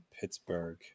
Pittsburgh